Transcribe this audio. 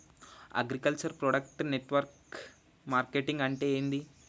Agriculture product network marketing అంటే ఏంది?